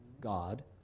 God